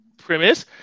Premise